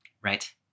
Right